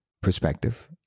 perspective